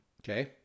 Okay